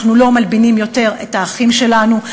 אנחנו לא מלבינים יותר את פני האחים שלנו,